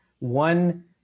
one